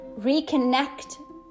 reconnect